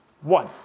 one